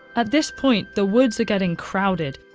at this point, the woods are getting crowded,